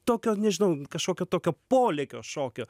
tokio nežinau kažkokio tokio polėkio šokio